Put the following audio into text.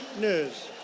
news